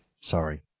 Sorry